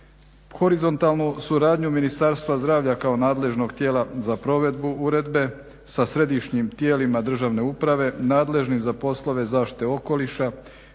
Horizontalnu suradnju Ministarstvo zdravlja kao nadležnog tijela za provedbu uredbe sa središnjim tijelima državne uprave nadležnim za poslove zaštite okoliša,